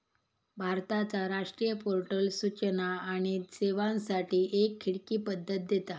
भारताचा राष्ट्रीय पोर्टल सूचना आणि सेवांसाठी एक खिडकी पद्धत देता